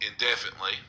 Indefinitely